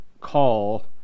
call